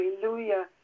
Hallelujah